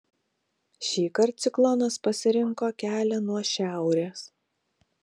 šįkart ciklonas pasirinko kelią nuo šiaurės